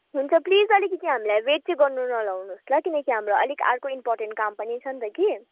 हुन्छ प्लिज अलिकति हामीलाई वेट चाहिँ गर्न नलाउनुहोस् ल किनकि हाम्रो अलिक अर्को इम्पोर्टेन्ट काम पनि छ नि त कि